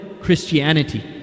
Christianity